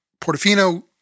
Portofino